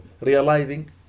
realizing